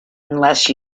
unless